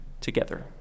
together